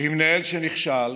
למנהל שנכשל